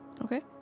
Okay